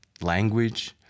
language